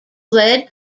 led